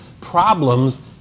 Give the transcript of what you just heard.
problems